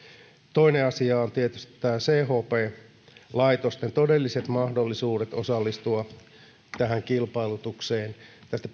toinen asia on tietysti nämä chp laitosten todelliset mahdollisuudet osallistua tähän kilpailutukseen tästä